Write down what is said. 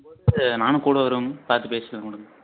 கொடுக்கும்போது நானும் கூட வருவேங்க பார்த்து பேசிகிட்டு வருவேங்க